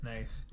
Nice